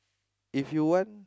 if you want